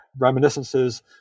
reminiscences